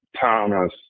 Thomas